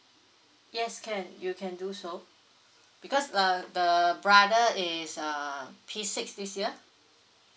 yes can you can do so because uh the brother is uh p six this year